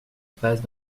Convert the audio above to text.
passe